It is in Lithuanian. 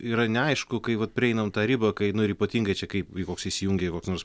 yra neaišku kai vat prieinam tą ribą kai nu ir ypatingai čia kai koks įsijungia koks nors